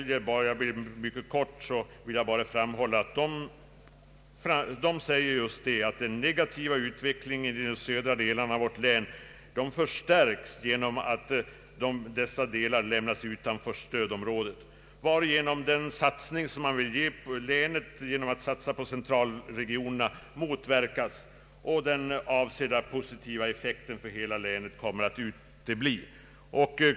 Jag vill bara kortfattat framhålla, att avdelningen anför att den negativa utvecklingen i de södra delarna av vårt län kommer att förstärkas genom att dessa delar lämnats utanför stödområdet, varigenom satsningen på centralregionen motverkas och den avsedda positiva effekten för hela länet kommer att utebli.